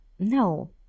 no